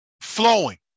flowing